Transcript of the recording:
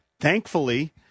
Thankfully